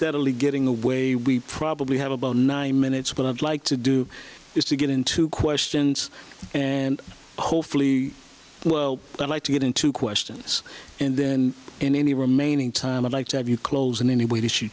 really getting the way we probably have about nine minutes what i'd like to do is to get into questions and hopefully well i like to get into questions and then in any remaining time i'd like to have you close in any way to sh